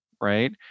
right